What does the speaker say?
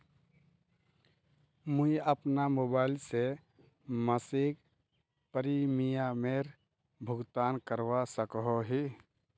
मुई अपना मोबाईल से मासिक प्रीमियमेर भुगतान करवा सकोहो ही?